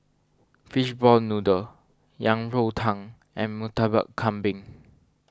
Fishball Noodle Yang Rou Tang and Murtabak Kambing